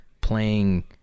playing